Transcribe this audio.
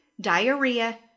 diarrhea